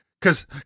Cause